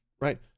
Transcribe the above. right